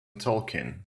tolkien